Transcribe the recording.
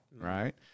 Right